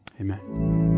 Amen